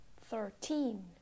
Thirteen